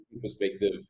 perspective